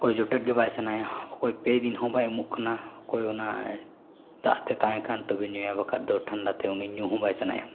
ᱚᱠᱚᱭ ᱡᱚᱴᱮᱫ ᱜᱮ ᱵᱟᱭ ᱥᱟᱱᱟᱭᱟ ᱚᱠᱚᱭ ᱯᱮ ᱫᱤᱱᱦᱚᱸ ᱵᱟᱭ ᱩᱢᱩᱜ ᱠᱟᱱᱟ ᱚᱠᱚᱭ ᱚᱱᱟ ᱫᱟᱜ ᱛᱮᱛᱟᱝᱼᱮ ᱠᱟᱱ ᱛᱚᱵᱮᱭ ᱧᱩᱭᱟ ᱵᱟᱠᱷᱟᱡ ᱫᱚ ᱴᱷᱟᱱᱰᱟᱛᱮ ᱩᱱᱤ ᱧᱩᱦᱚᱸ ᱵᱟᱭ ᱥᱟᱱᱟᱭᱟ